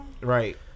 right